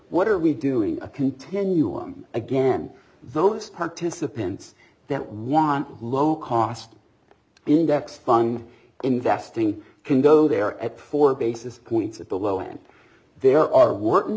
what are we doing a continuum again those participants that want low cost index fund investing can go there at four basis points at the low end there are w